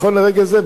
נכון לרגע זה,